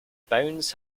bones